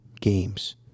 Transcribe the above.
games